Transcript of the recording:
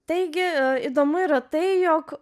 taigi įdomu yra tai jog